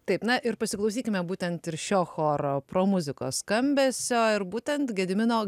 taip na ir pasiklausykime būtent ir šio choro pro muzikos skambesio ir būtent gedimino